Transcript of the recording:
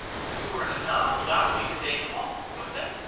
if we were in a novel, that would be the denouement, wouldn't it?